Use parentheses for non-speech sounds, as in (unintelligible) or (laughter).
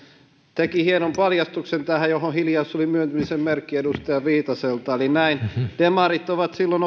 teki hienon paljastuksen tähän johon hiljaisuus oli myöntymisen merkki edustaja viitaselta eli näin demarit silloin (unintelligible)